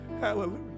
Hallelujah